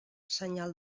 senyal